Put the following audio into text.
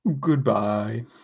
Goodbye